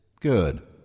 Good